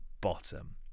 bottom